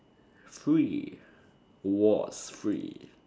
free was free